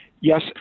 yes